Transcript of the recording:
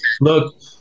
Look